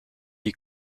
est